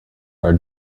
are